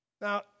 Now